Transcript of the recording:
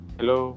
Hello